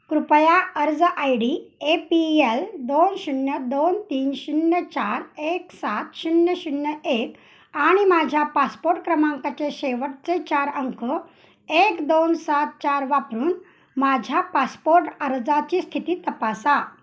कृपया अर्ज I D A P L दोन शून्य दोन तीन शून्य चार एक सात शून्य शून्य एक आणि माझ्या पासपोर्ट क्रमांकाचे शेवटचे चार अंक एक दोन सात चार वापरून माझ्या पासपोर्ट अर्जाची स्थिती तपासा